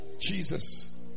Jesus